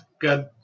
Good